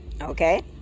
Okay